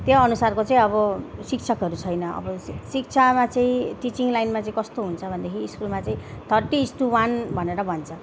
त्यो अनुसारको चाहिँ अब शिक्षकहरू छैन अब शिक्षामा चाहिँ टिचिङ लाइनमा चाहिँ कस्तो हुन्छ भनेदेखि स्कुलमा चाहिँ थट्टी इज् टु वान भनेर भन्छ